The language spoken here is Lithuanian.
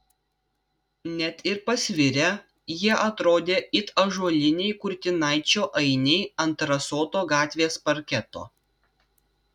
net ir pasvirę jie atrodė it ąžuoliniai kurtinaičio ainiai ant rasoto gatvės parketo